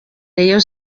rayon